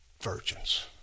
virgins